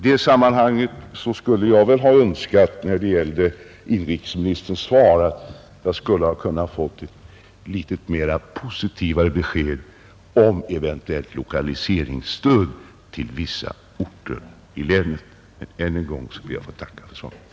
Jag hade ju önskat att det i inrikesministerns svar skulle finnas ett mera positivt besked om statliga åtgärder, exempelvis lokaliseringsstöd till vissa orter i länet. Än en gång ber jag att få tacka för svaret.